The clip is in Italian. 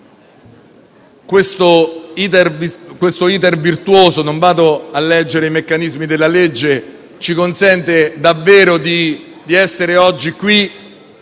questo *iter* virtuoso - non leggerò i meccanismi della legge - ci consente davvero di essere oggi qui